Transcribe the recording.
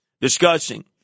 discussing